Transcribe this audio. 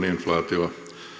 inflaatio